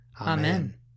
Amen